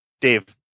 dave